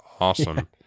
awesome